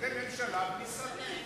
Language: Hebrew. זאת ממשלה בלי שרים.